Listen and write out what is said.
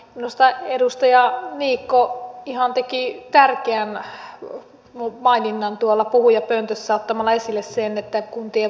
minusta edustaja niikko ihan teki tärkeän maininnan tuolla puhujapöntössä ottamalla esille sen että kuntien